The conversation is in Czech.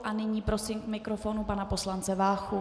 A nyní prosím k mikrofonu pana poslance Váchu.